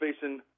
facing